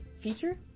feature